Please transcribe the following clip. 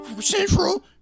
Central